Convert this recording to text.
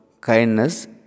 kindness